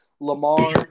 Lamar